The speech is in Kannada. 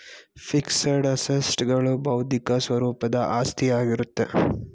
ಫಿಕ್ಸಡ್ ಅಸೆಟ್ಸ್ ಗಳು ಬೌದ್ಧಿಕ ಸ್ವರೂಪದ ಆಸ್ತಿಯಾಗಿರುತ್ತೆ